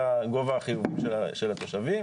גובה החיוב של התושבים.